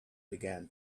began